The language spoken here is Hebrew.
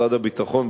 משרד הביטחון,